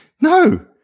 no